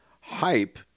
hype